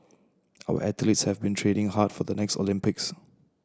our athletes have been training hard for the next Olympics